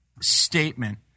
statement